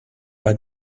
pas